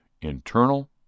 internal